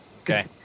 Okay